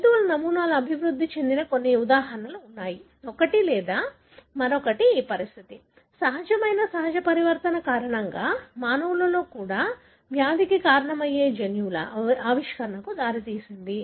జంతువుల నమూనాలు అభివృద్ధి చెందిన కొన్ని ఉదాహరణలు ఉన్నాయి ఒకటి లేదా మరొకటి ఈ పరిస్థితి సహజమైన సహజ పరివర్తన కారణంగా మానవులలో కూడా వ్యాధికి కారణమయ్యే జన్యువుల ఆవిష్కరణకు దారితీసింది